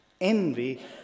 envy